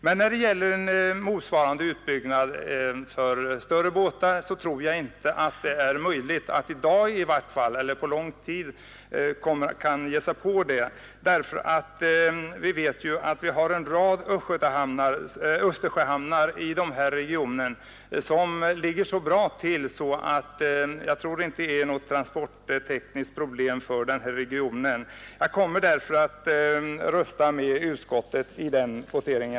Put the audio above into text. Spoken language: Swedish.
Men när det gäller en motsvarande utbyggnad för större båtar tror jag det inte är möjligt att på lång tid ge sig in på en sådan. Vi har ju en rad Östersjöhamnar i den här regionen som ligger så bra till att det knappast är något transporttekniskt problem för regionen. Jag kommer därför att rösta med utskottet på denna punkt.